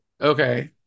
Okay